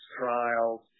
trials